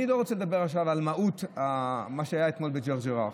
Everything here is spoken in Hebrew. אני לא רוצה לדבר עכשיו על מהות מה שהיה אתמול בשייח' ג'ראח.